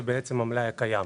זה בעצם המלאי הקיים.